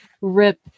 Rip